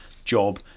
job